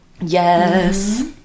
Yes